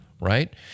right